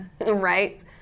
right